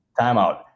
Timeout